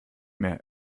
mehr